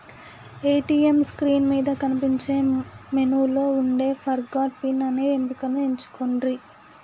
ATM screen మీద కనిపించే మెనూలో వుండే ఫర్గాట్ పిన్ అనే ఎంపికను ఎంచుకొండ్రి